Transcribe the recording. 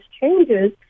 changes